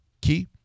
Key